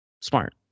Smart